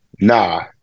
Nah